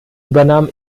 übernahm